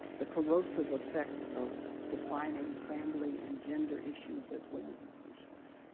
the corrosive effect of defining family and gender issues as women's issues,